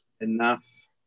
enough